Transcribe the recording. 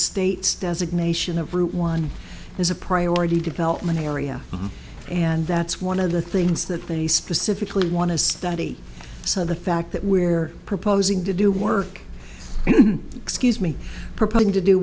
state's designation of route one is a priority development area and that's one of the things that they specifically want to study so the fact that we're proposing to do work excuse me proposing to do